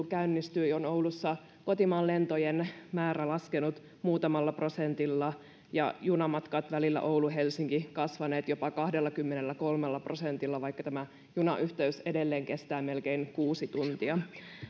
käynnistyi on oulussa kotimaanlentojen määrä laskenut muutamalla prosentilla ja junamatkat välillä oulu helsinki kasvaneet jopa kahdellakymmenelläkolmella prosentilla vaikka tämä junayhteys edelleen kestää melkein kuusi tuntia